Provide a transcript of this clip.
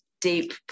deep